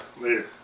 later